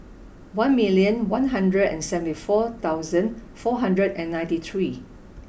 one million one hundred and seventy four thousand four hundred and ninty three